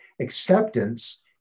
acceptance